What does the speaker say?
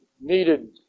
needed